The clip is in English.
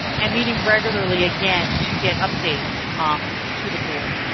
and meeting regularly again to get updates to the board.